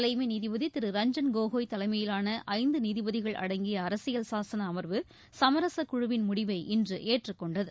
தலைமை நீதிபதி திரு ரஞ்சன் கோகோய் தலைமையிலான ஐந்து நீதிபதிகள் அடங்கிய அரசியல் சாசன அமர்வு சமரச குழுவின் முடிவை இன்று ஏற்றுக்கொண்டது